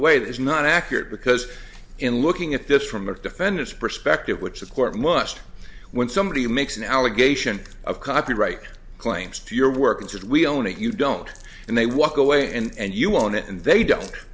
that is not accurate because in looking at this from the defendant's perspective which the court must when somebody makes an allegation of copyright claims to your work and says we own it you don't and they walk away and you won't and they don't